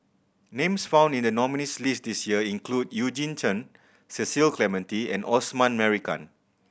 names found in the nominees' list this year include Eugene Chen Cecil Clementi and Osman Merican